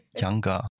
younger